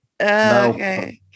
okay